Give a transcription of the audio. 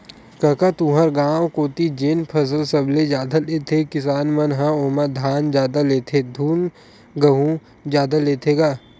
कका तुँहर गाँव कोती जेन फसल सबले जादा लेथे किसान मन ह ओमा धान जादा लेथे धुन गहूँ जादा लेथे गा?